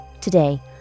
Today